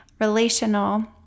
relational